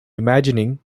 imagining